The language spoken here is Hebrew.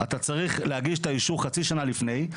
אתה צריך להגיש את האישור חצי שנה לפני,